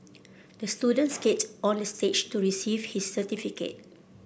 the student skated onto stage to receive his certificate